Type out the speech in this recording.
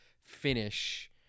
finish